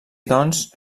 doncs